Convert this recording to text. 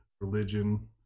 religion